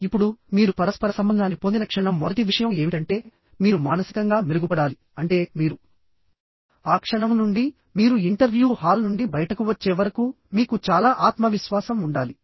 ఇప్పుడు మీరు పరస్పర సంబంధాన్ని పొందిన క్షణం మొదటి విషయం ఏమిటంటే మీరు మానసికంగా మెరుగుపడాలి అంటే మీరు ఆ క్షణం నుండి మీరు ఇంటర్వ్యూ హాల్ నుండి బయటకు వచ్చే వరకు మీకు చాలా ఆత్మవిశ్వాసం ఉండాలి